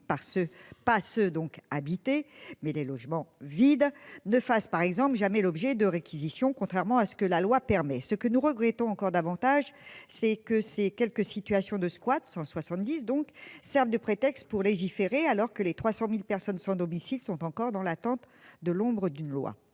passe donc. Mais les logements vides ne face par exemple jamais l'objet de réquisitions, contrairement à ce que la loi permet ce que nous regrettons, encore davantage, c'est que ces quelques situations de squat 170 donc serve de prétexte pour légiférer alors que les 300.000 personnes sans domicile sont encore dans l'attente de l'ombre d'une loi